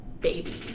baby